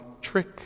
trick